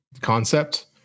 concept